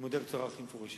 אני אומר בצורה הכי מפורשת,